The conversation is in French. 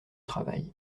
travail